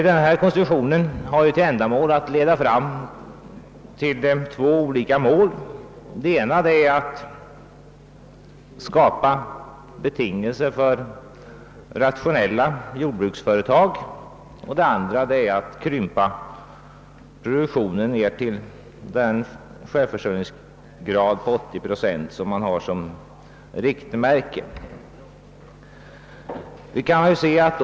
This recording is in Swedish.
Den här konstruktionen har till ändamål dels att skapa betingelser för rationella jordbruksföretag, dels att krympa produktionen ned till den självförsörjningsgrad av 80 procent som man har som riktmärke.